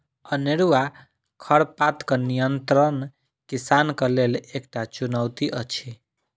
अनेरूआ खरपातक नियंत्रण किसानक लेल एकटा चुनौती अछि